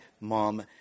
mom